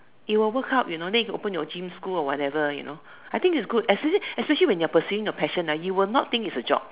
it will work out you know then you could open your gym school or whatever you know I think it's good especially when you are pursuing your passion you will not think it's a job